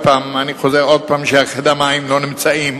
אני חוזר עוד פעם שהאקדמאים לא נמצאים